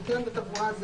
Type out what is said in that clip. ניקיון ותברואה,